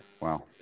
Wow